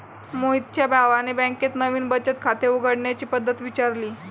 मोहितच्या भावाने बँकेत नवीन बचत खाते उघडण्याची पद्धत विचारली